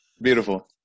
beautiful